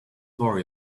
worry